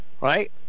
right